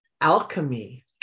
alchemy